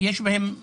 שיצאו